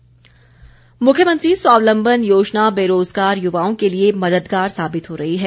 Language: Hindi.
स्वावलम्बन मुख्यमंत्री स्वावलम्बन योजना बेरोजगार युवाओं के लिए मददगार साबित हो रही है